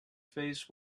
face